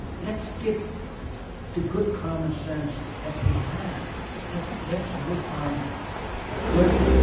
let's get to good common sense that we had and let's work on good